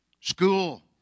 school